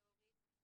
תורידי,